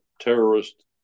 terrorist